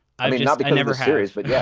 i mean, not never serious, but. yeah.